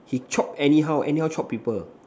he chop anyhow anyhow chop people